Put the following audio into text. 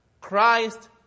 Christ